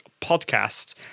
podcast